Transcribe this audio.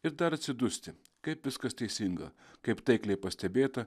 ir dar atsidusti kaip viskas teisinga kaip taikliai pastebėta